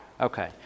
Okay